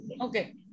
Okay